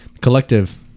collective